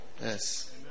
Yes